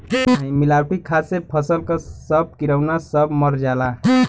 मिलावटी खाद से फसल क सब किरौना सब मर जाला